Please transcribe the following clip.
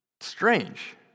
Strange